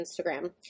Instagram